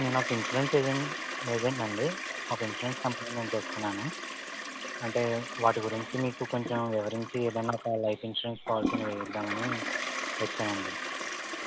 నేను ఒక insurance agent agent నండి ఒక ఇన్సూరెన్స్ కంపెనీ నుంచి వస్తున్నాను అంటే వాటి గురుంచి మీకు కొంచెం వివరించి ఏదైనా ఒక లైఫ్ ఇన్సూరెన్స్ పాలసీ ని వేయిద్దామని వచ్చానండి